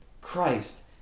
Christ